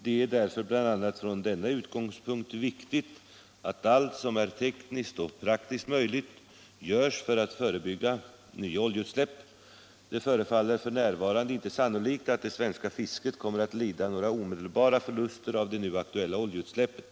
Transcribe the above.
Det är därför bl.a. från denna utgångspunkt viktigt att allt som är tekniskt och praktiskt möjligt görs för att förebygga nya oljeutsläpp. Det förefaller f. n. inte sannolikt att det svenska fisket kommer att lida några omedelbara förluster av det nu aktuella oljeutsläppet.